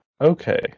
Okay